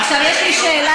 עכשיו יש לי שאלה.